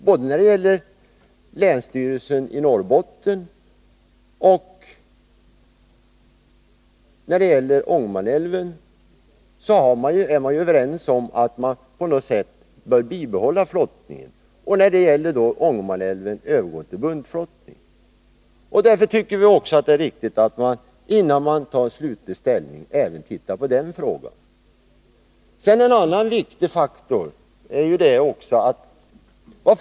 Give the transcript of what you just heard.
Både i Norrbotten och i Ångermanland är man överens om att man på något sätt bör bibehålla flottningen och att man när det gäller Ångermanälven bör övergå till buntflottning. Därför tycker vi reservanter att det är riktigt att även titta på den frågan, innan man tar slutlig ställning. En annan viktig faktor är konsekvenserna för sysselsättningen.